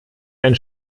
einen